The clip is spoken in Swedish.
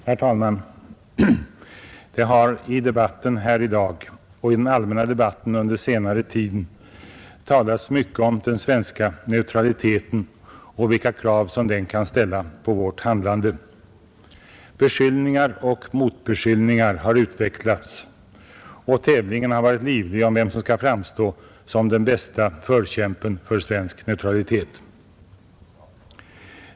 Herr talman! Det har i debatten här i dag och i den allmänna debatten under den senaste tiden talats mycket om den svenska neutraliteten och vilka krav som den kan ställa på vårt handlande. Beskyllningar och motbeskyllningar har utväxlats, och tävlingen har varit livlig om vem som skall framstå som den bäste förkämpen för svensk neutralitet.